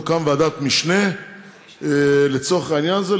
תוקם ועדת משנה לצורך העניין הזה,